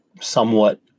somewhat